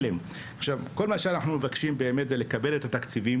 כל שאנחנו מבקשים הוא לקבל את התקציבים